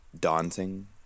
daunting